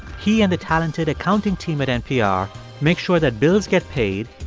he and the talented accounting team at npr make sure that bills get paid,